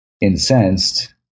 incensed